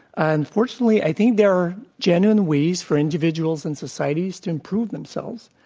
and fortunately i think there are genuine ways for indiv iduals and societies to improve themselves.